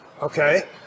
Okay